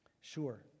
Sure